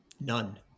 None